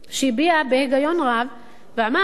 שהביע, בהיגיון רב, אמר: